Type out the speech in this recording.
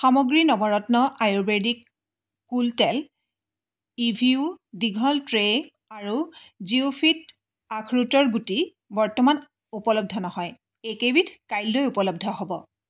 সামগ্ৰী নৱৰত্ন আয়ুৰ্বেদিক কুল তেল ইভিয়ো দীঘল ট্ৰে' আৰু জিওফিট আখৰোটৰ গুটি বৰ্তমান উপলব্ধ নহয় এইকেইবিধ কাইলৈ উপলব্ধ হ'ব